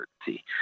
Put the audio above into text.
certainty